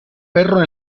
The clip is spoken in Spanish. perro